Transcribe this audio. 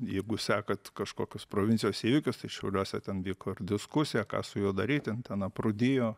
jeigu sekat kažkokius provincijos įvykius tai šiauliuose ten vyko ir diskusija ką su juo daryt ten ten aprūdijo